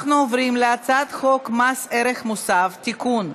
נספחות.] אנחנו עוברים להצעת חוק מס ערך מוסף (תיקון,